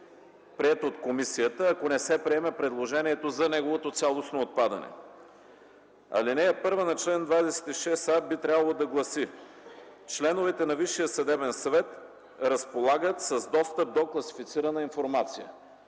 приет от комисията, ако не се приеме предложението за неговото цялостно отпадане. Алинея първа на чл. 26а би трябвало да гласи: „Членовете на Висшия съдебен съвет разполагат с достъп до класифицирана информация.”